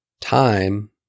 time